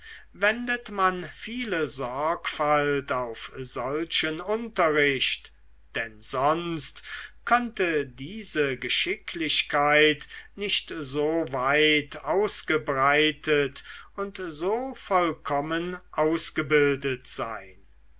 wendet man viele sorgfalt auf solchen unterricht denn sonst könnte diese geschicklichkeit nicht so weit ausgebreitet und so vollkommen ausgebildet sein